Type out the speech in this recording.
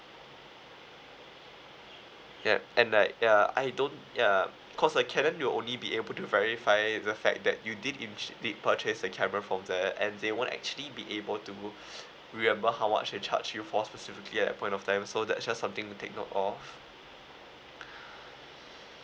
yup and like ya I don't ya cause like canon will only be able to verify the fact that you did indeed purchased the camera from there and they won't actually be able to move remember how much they charged you for specifically at point of time so that's just something to take note of